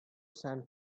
san